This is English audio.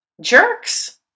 jerks